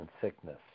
sickness